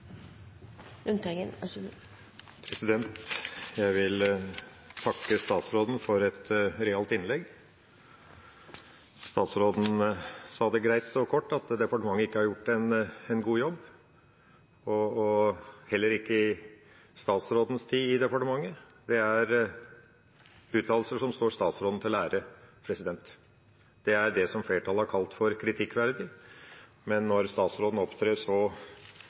Jeg vil takke statsråden for et realt innlegg. Statsråden sa det greit og kort at departementet ikke har gjort en god jobb, heller ikke i statsrådens tid i departementet. Det er uttalelser som står statsråden til ære. Det er det som flertallet har kalt for kritikkverdig, men når statsråden opptrer så